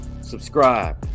subscribe